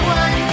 one